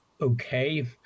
okay